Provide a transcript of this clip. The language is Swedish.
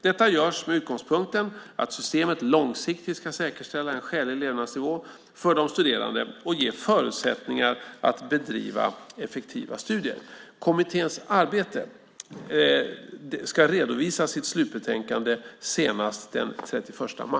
Detta görs med utgångspunkten att systemet långsiktigt ska säkerställa en skälig levnadsnivå för de studerande och ge förutsättningar att bedriva effektiva studier. Kommittén ska redovisa sitt slutbetänkande senast den 31 mars 2009.